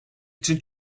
için